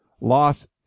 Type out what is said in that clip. loss